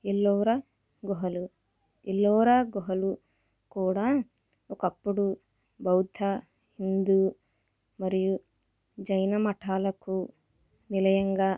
ఎల్లోరా గుహలు ఎల్లోరా గుహలు కూడా ఒక్కప్పుడు బౌద్ధ హిందు మరియు జైన మతాలకు నిలయంగా